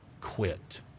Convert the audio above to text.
quit